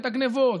ואת הגנבות,